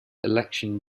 election